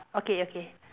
okay okay